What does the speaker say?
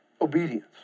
obedience